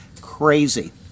crazy